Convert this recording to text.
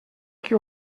qui